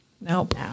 Nope